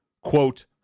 quote